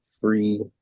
free